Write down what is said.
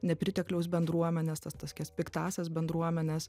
nepritekliaus bendruomenes tas tokias piktąsias bendruomenes